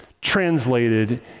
translated